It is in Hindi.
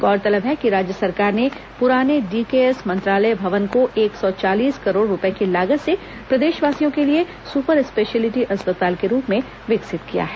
गौरतलब है कि राज्य सरकार ने पुराने डीकेएस मंत्रालय भवन को एक सौ चालीस करोड़ रूपए की लागत से प्रदेशवासियों के लिए सुपरस्पेश्यलिटी अस्पताल के रूप में विकसित किया है